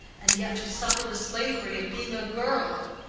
and yet to suffer the slavery of being a girl.